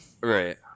right